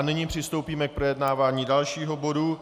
Nyní přistoupíme k projednávání dalšího bodu.